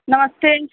नमस्ते